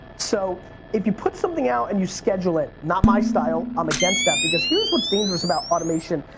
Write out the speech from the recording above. so if you put something out and you schedule it, not my style, i'm against that. because here's what's dangerous about automation,